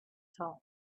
top